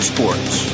Sports